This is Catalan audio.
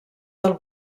del